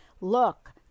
look